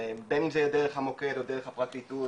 ובין אם זה דרך המוקד או דרך הפרקליטות,